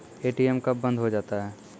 ATM कब बंद हो जाता हैं?